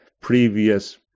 previous